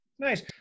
Nice